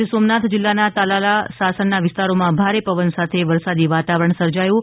ગીર સોમનાથ જીલ્લાના તલાલા સાસણના વિસ્તારોમાં ભારે પવન સાથે વરસાદી વાતાવરણ સર્જાયું છે